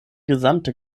gesamte